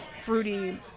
fruity